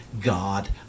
God